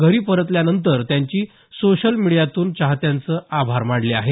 घरी परतल्यानंतर त्यांची सोशल मिडियातून चाहत्यांचं आभार मानले आहेत